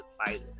excited